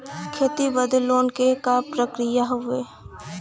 खेती बदे लोन के का प्रक्रिया ह?